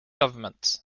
government